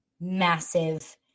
massive